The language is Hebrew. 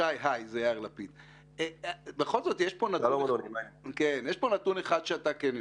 שי, בכל זאת יש פה נתון אחד שאתה כן יודע.